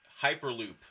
Hyperloop